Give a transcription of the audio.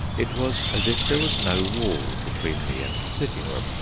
it was as if there was no wall between me and the sitting-room.